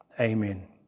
Amen